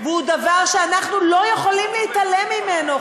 והוא דבר שאנחנו לא יכולים להתעלם ממנו,